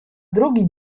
drugi